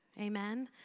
amen